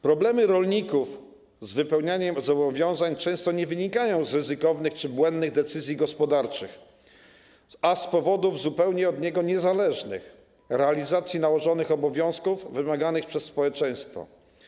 Problemy rolników z wypełnianiem zobowiązań często nie wynikają z ryzykownych czy błędnych decyzji gospodarczych, a z powodów zupełnie od nich niezależnych, realizacji nałożonych obowiązków wymaganych przez społeczeństwo.